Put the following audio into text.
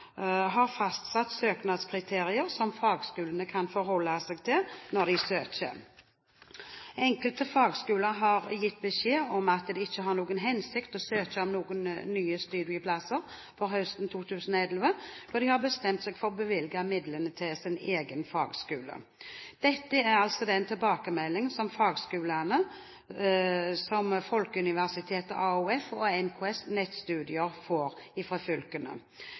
har fastsatt søknadskriterier som fagskolene kan forholde seg til når de søker. Enkelte fylker har gitt fagskoler beskjed om at det ikke har noen hensikt å søke om nye studieplasser for høsten 2011, da de har bestemt seg for å bevilge midlene til sin egen fagskole. Dette er den tilbakemeldingen som fagskoler som Folkeuniversitetet, AOF og NKS Nettstudier får fra fylkene.